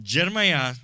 Jeremiah